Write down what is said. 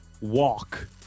walk